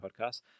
podcast